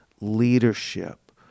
leadership